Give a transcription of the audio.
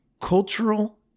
cultural